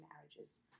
marriages